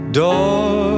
door